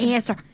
Answer